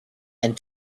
and